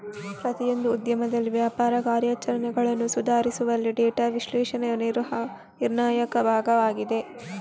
ಪ್ರತಿಯೊಂದು ಉದ್ಯಮದಲ್ಲಿ ವ್ಯಾಪಾರ ಕಾರ್ಯಾಚರಣೆಗಳನ್ನು ಸುಧಾರಿಸುವಲ್ಲಿ ಡೇಟಾ ವಿಶ್ಲೇಷಣೆಯು ನಿರ್ಣಾಯಕ ಭಾಗವಾಗಿದೆ